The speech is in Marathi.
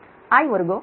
।I।2 होती